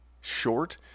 Short